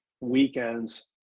weekends